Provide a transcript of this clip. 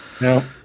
No